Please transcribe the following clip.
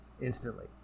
instantly